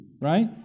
right